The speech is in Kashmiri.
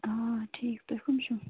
آ ٹھیٖک تُہۍ کٕم چھِو